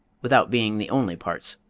without being the only parts.